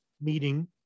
meeting